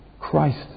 Christ